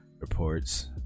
reports